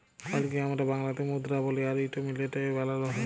কইলকে আমরা বাংলাতে মুদরা বলি আর ইট মিলটে এ বালালো হয়